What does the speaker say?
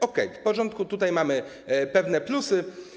Okej, w porządku, tutaj mamy pewne plusy.